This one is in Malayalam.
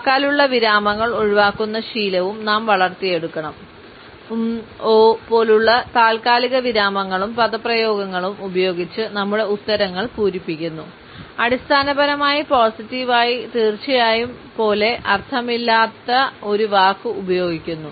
വാക്കാലുള്ള വിരാമങ്ങൾ ഒഴിവാക്കുന്ന ശീലവും നാം വളർത്തിയെടുക്കണം 'ഉം' 'ഓഹ്' പോലുള്ള താൽക്കാലിക വിരാമങ്ങളും പദപ്രയോഗങ്ങളും ഉപയോഗിച്ച് നമ്മുടെ ഉത്തരങ്ങൾ പൂരിപ്പിക്കുന്നു അടിസ്ഥാനപരമായി പോസിറ്റീവായി തീർച്ചയായും പോലെ അർത്ഥമില്ലാത്ത ഒരു വാക്ക് ഉപയോഗിക്കുന്നു